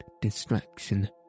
distraction